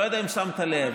אני לא יודע אם שמת לב,